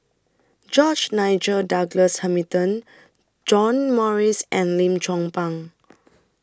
George Nigel Douglas Hamilton John Morrice and Lim Chong Pang